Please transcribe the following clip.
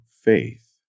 faith